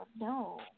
no